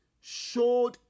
showed